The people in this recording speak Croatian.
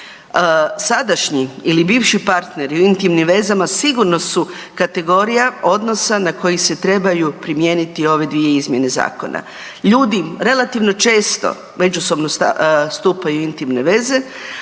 Sadašnji ili bivši partneri u intimnim vezama sigurno su kategorija odnosa na koji se trebaju primijeniti ove dvije izmjene zakona. Ljudi relativno često međusobno stupaju u intimne veze,